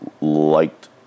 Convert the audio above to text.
liked